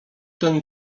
ten